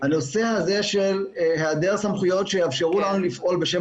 הנושא הזה של היעדר סמכויות שיאפשרו לנו לפעול בשם